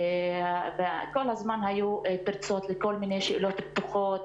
כל הזמן היו פרצות לכל מיני שאלות פתוחות,